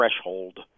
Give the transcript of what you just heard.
threshold